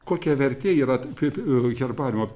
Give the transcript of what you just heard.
kokia vertė yra kaip herbariumo